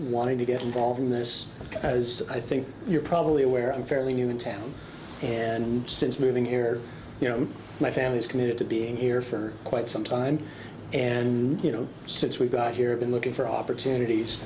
wanting to get involved in this as i think you're probably aware i'm fairly new in town and since moving here you know my family is committed to being here for quite some time and you know since we got here been looking for opportunities